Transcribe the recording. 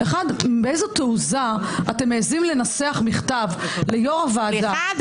באיזה תעוזה אתם מעיזים לנסח מכתב ליושב-ראש הוועדה --- סליחה,